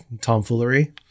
tomfoolery